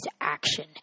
action